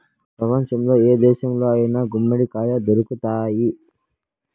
ప్రపంచంలో ఏ దేశంలో అయినా గుమ్మడికాయ దొరుకుతాయి